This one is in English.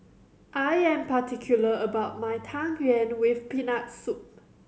I am particular about my Tang Yuen with Peanut Soup